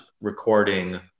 recording